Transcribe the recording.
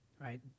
right